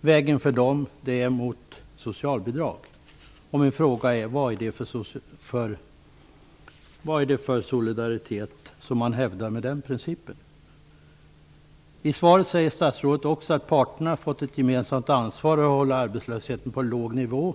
Vägen leder mot socialbidrag för dem. Vad är det för solidaritet man hävdar med den principen? I svaret säger statsrådet också att parterna fått ett gemensamt ansvar för att hålla arbetslösheten på låg nivå.